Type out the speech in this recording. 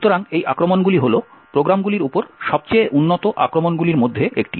সুতরাং এই আক্রমণগুলি হল প্রোগ্রামগুলির উপর সবচেয়ে উন্নত আক্রমণগুলির মধ্যে একটি